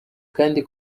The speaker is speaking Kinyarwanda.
kandi